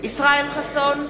ישראל חסון,